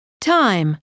Time